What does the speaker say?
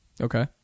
Okay